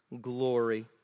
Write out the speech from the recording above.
glory